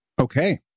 Okay